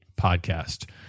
Podcast